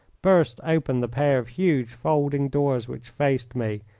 burst open the pair of huge folding doors which faced me,